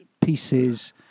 pieces